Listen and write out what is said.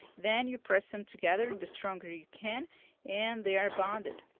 then you press them together the stronger you can and they are bonded.